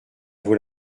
vaut